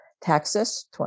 Texas